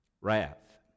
Wrath